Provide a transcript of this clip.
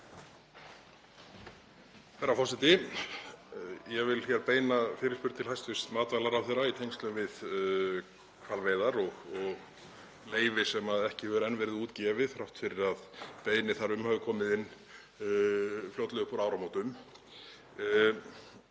Herra forseti. Ég vil beina fyrirspurn til hæstv. matvælaráðherra í tengslum við hvalveiðar og leyfi sem ekki hefur enn verið útgefið þrátt fyrir að beiðni þar um hafi komið inn fljótlega upp úr áramótum.